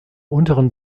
unteren